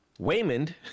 waymond